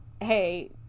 hey